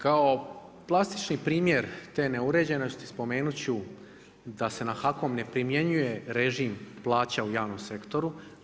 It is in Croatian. Kao plastični primjer te neuređenosti, spomenuti ću da se nad HAKOM ne primjenjuje režim plaća u javnom sektoru.